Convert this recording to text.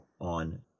on